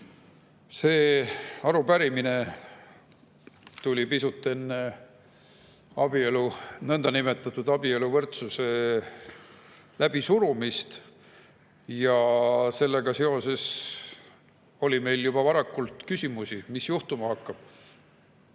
Selle arupärimise [esitasime] pisut enne nõndanimetatud abieluvõrdsuse läbisurumist. Sellega seoses oli meil juba varakult küsimusi, et mis juhtuma hakkab.